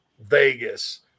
Vegas